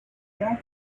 frank